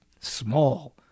small